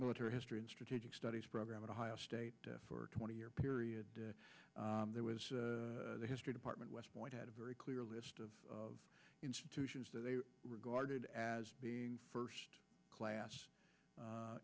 military history and strategic studies program at ohio state for twenty year period there was a history department west point had a very clear list of institutions that they regarded as being first class